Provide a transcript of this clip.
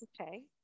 okay